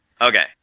Okay